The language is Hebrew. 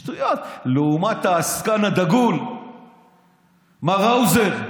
שטויות, לעומת העסקן הדגול מר האוזר,